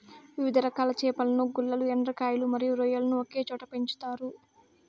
వివిధ రకాల చేపలను, గుల్లలు, ఎండ్రకాయలు మరియు రొయ్యలను ఒకే చోట పెంచుతారు